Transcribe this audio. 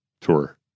tour